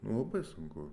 labai sunku